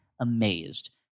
amazed